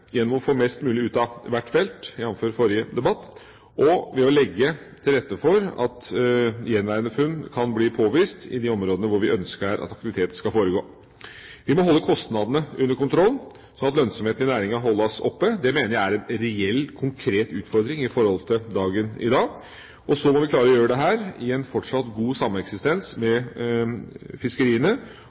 å få mest mulig ut av hvert felt, jf. forrige debatt, og ved å legge til rette for at gjenværende funn kan bli påvist i de områdene hvor vi ønsker at aktivitet skal foregå. Vi må holde kostnadene under kontroll, sånn at lønnsomheten i næringa holdes oppe – det mener jeg er en reell, konkret utfordring i forhold til dagen i dag – og vi må klare å gjøre dette i fortsatt god sameksistens med fiskeriene